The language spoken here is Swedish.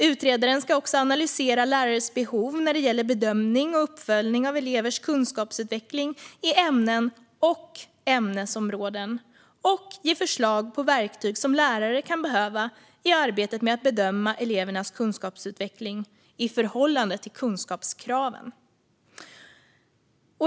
Utredaren ska också analysera lärares behov när det gäller bedömning och uppföljning av elevers kunskapsutveckling i ämnen och inom ämnesområden samt ge förslag på verktyg som lärare kan behöva i arbetet med att bedöma elevernas kunskapsutveckling i förhållande till kunskapskraven.